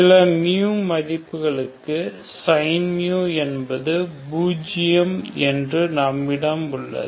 சில மதிப்பிற்கு sin என்பது பூஜ்ஜியம் என்று நம்மிடம் உள்ளது